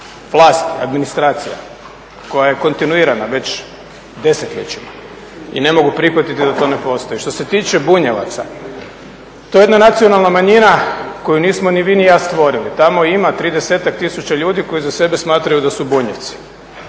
vlasti, administracija koja je kontinuirana, već desetljećima i ne mogu prihvatiti da to ne postoji. Što se tiče Bunjevaca, to je jedna nacionalna manjina koju nismo ni vi ni ja stvorili. Tamo ima 30-ak tisuća ljudi koji za sebe smatraju da su Bunjevci.